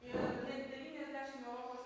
ir net devyniasdešim europos